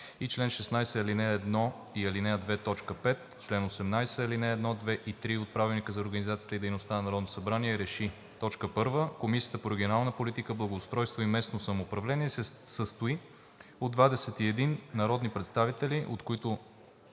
и чл. 16, ал. 1 и ал. 2, т. 5, чл. 18, ал, 1, 2 и 3 от Правилника за организацията и дейността на Народното събрание РЕШИ: 1. Комисията по регионална политика, благоустройство и местно самоуправление се състои от 21 народни представители, от които: